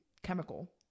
Chemical